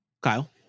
Kyle